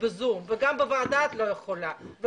ב-זום וגם בוועדה את לא יכולה לעשות זאת.